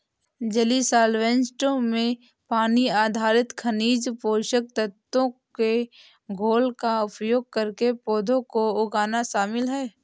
जलीय सॉल्वैंट्स में पानी आधारित खनिज पोषक तत्वों के घोल का उपयोग करके पौधों को उगाना शामिल है